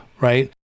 right